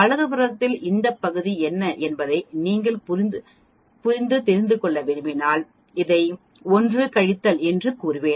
வலதுபுறத்தில் இந்த பகுதி என்ன என்பதை நீங்கள் தெரிந்து கொள்ள விரும்பினால் இதை 1 கழித்தல் என்று கூறுவேன்